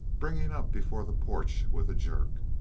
bringing up before the porch with a jerk.